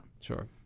Sure